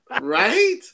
Right